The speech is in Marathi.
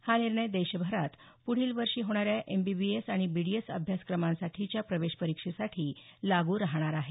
हा निर्णय देशभरात पुढील वर्षी होणाऱ्या एमबीबीएस आणि बीडीएस अभ्यासक्रमांसाठीच्या प्रवेशपरीक्षेसाठी लागू राहणार आहे